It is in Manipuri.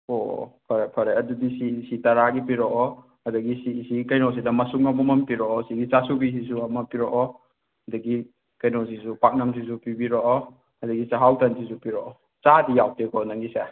ꯑꯣ ꯑꯣ ꯐꯔꯦ ꯐꯔꯦ ꯑꯗꯨꯗꯤ ꯁꯤꯒꯤꯁꯤ ꯇꯔꯥꯒꯤ ꯄꯤꯔꯛꯑꯣ ꯑꯗꯒꯤ ꯁꯤꯒꯤꯁꯤ ꯀꯩꯅꯣꯁꯤꯗ ꯃꯁꯨꯡ ꯑꯃꯃꯝ ꯄꯤꯔꯛꯑꯣ ꯁꯤꯒꯤ ꯆꯥꯁꯨꯕꯤꯁꯤꯁꯨ ꯑꯃ ꯄꯤꯔꯛꯑꯣ ꯑꯗꯒꯤ ꯀꯩꯅꯣꯁꯤꯁꯨ ꯄꯥꯛꯅꯝꯁꯤꯁꯨ ꯄꯤꯕꯤꯔꯛꯑꯣ ꯑꯗꯒꯤ ꯆꯥꯛꯍꯥꯎ ꯇꯟꯗꯨꯁꯨ ꯄꯤꯔꯛꯑꯣ ꯆꯥꯗꯤ ꯌꯥꯎꯗꯦꯀꯣ ꯅꯪꯒꯤꯁꯦ